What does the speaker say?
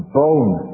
bone